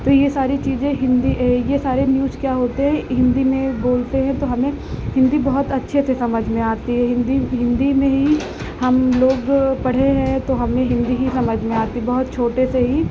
तो यह सारी चीज़ें हिन्दी यह सारे न्यूज़ क्या होते हैं हिन्दी में बोलते हैं तो हमें हिन्दी बहुत अच्छे से समझ में आती है हिन्दी हिन्दी में ही हमलोग पढे़ हैं तो हमें हिन्दी ही समझ में आती है बहुत छोटे से ही